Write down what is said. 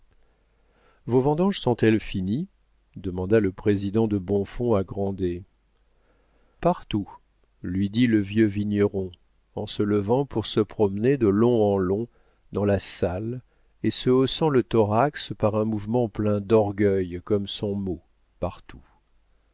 vos vendanges sont-elles finies demanda le président de bonfons à grandet partout lui dit le vieux vigneron en se levant pour se promener de long en long dans la salle et se haussant le thorax par un mouvement plein d'orgueil comme son mot partout